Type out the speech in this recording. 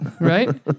Right